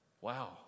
Wow